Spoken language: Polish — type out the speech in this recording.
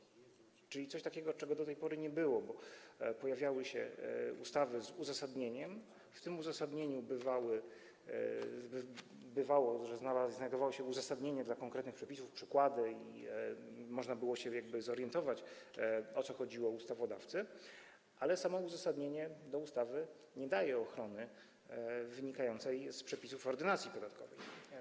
Czyli to jest coś takiego, czego do tej pory nie było, bo pojawiały się ustawy z uzasadnieniem, w tym uzasadnieniu, bywało, znajdowało się uzasadnienie konkretnych przepisów, przykłady, można było się zorientować, o co chodziło ustawodawcy, ale samo uzasadnienie ustawy nie daje ochrony wynikającej z przepisów Ordynacji podatkowej.